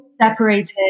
separated